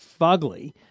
fugly